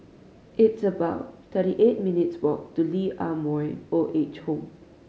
it's about thirty eight minutes walk to Lee Ah Mooi Old Age Home